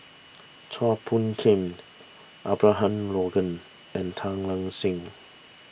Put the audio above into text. Chua Phung Kim Abraham Logan and Tan Lark Sye